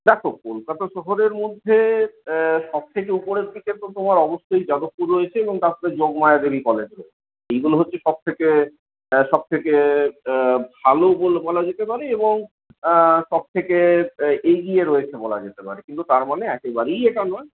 দেখো কলকাতা শহরের মধ্যে সবথেকে ওপরের দিকে তো তোমার অবশ্যই যাদবপুর রয়েছে এবং তারপরে যোগমায়া দেবী কলেজ রয়েছে এইগুলো হচ্ছে সবথেকে আর সবথেকে ভালো বলা যেতে পারে এবং সব থেকে এগিয়ে রয়েছে বলা যেতে পারে কিন্তু তার মানে একেবারেই এটা না